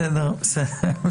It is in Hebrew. בסדר.